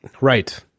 Right